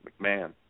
McMahon